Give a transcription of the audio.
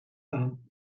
aan